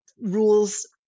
rules